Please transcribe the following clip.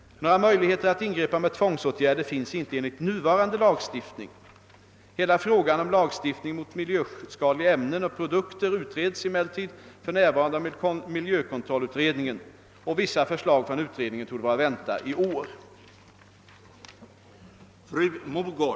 Några möjligheter att ingripa med tvångsåtgärder finns inte enligt nuvarande lagstiftning. Hela frågan om lagstiftning mot miljöskadliga ämnen och produkter utreds emellertid för närvarande av miljökontrollutredningen. Vissa förslag från utredningen torde vara att vänta i år.